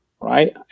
right